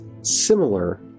similar